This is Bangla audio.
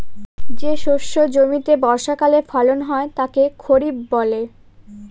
যে শস্য জমিতে বর্ষাকালে ফলন হয় তাকে খরিফ বলে